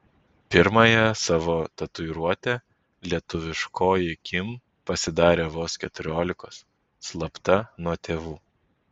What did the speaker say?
pirmąją savo tatuiruotę lietuviškoji kim pasidarė vos keturiolikos slapta nuo tėvų